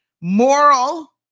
moral